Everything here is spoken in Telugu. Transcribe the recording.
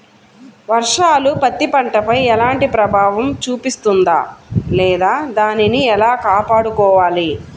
వర్షాలు పత్తి పంటపై ఎలాంటి ప్రభావం చూపిస్తుంద లేదా దానిని ఎలా కాపాడుకోవాలి?